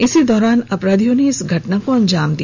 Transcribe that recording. इसी दौरान अपराधियों ने इस घटना को अंजाम दिया